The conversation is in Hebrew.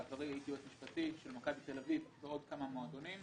בעברי הייתי יועץ משפטי של מכבי תל אביב ועוד כמה מועדונים.